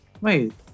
Wait